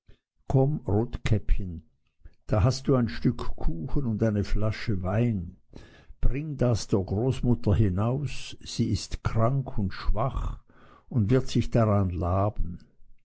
komm rotkäppchen da hast du ein stück kuchen und eine flasche wein bring das der großmutter hinaus sie ist krank und schwach und wird sich daran laben